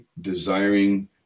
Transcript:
desiring